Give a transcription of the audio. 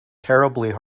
terribly